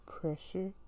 pressure